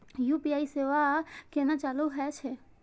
UPI सेवा केना चालू है छै?